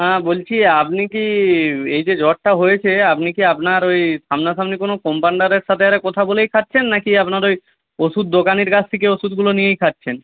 হ্যাঁ বলছি আপনি কি এই যে জ্বরটা হয়েছে আপনি কি আপনার ওই সামনাসামনি কোনো কম্পাউন্ডারের সাথে আরে কথা বলেই খাচ্ছেন নাকি আপনার ওই ওষুধ দোকানির কাছ থেকে ওষুধগুলো নিয়েই খাচ্ছেন